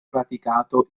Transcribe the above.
praticato